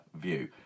view